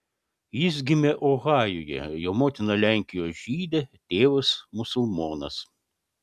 jis gimė ohajuje jo motina lenkijos žydė tėvas musulmonas